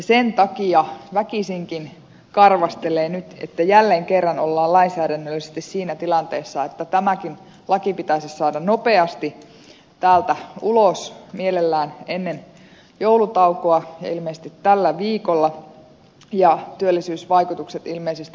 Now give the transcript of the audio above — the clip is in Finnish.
sen takia väkisinkin karvastelee nyt se että jälleen kerran ollaan lainsäädännöllisesti siinä tilanteessa että tämäkin laki pitäisi saada nopeasti täältä ulos mielellään ennen joulutaukoa ja ilmeisesti tällä viikolla